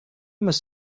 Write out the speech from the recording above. must